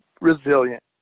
resilient